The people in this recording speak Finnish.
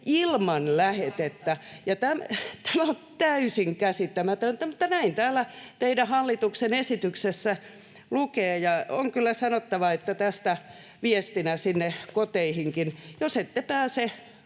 ilman lähetettä? Tämä on täysin käsittämätöntä, mutta näin täällä teidän hallituksen esityksessä lukee. Ja on kyllä sanottava tästä viestinä sinne koteihinkin, että jos ette pääse